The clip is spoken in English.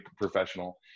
professional